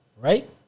right